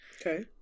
Okay